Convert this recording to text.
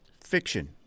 Fiction